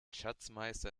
schatzmeister